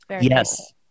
Yes